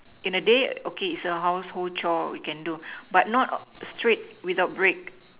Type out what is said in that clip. in a day okay is a household chore we can do but not straight without break